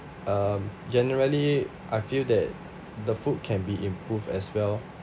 um generally I feel that the food can be improved as well